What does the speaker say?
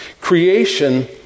Creation